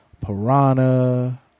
Piranha